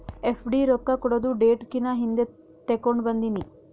FD ರೊಕ್ಕಾ ಕೊಡದು date ಕಿನಾ ಹಿಂದೆ ತೇಕೊಂಡ್ ಬಂದಿನಿ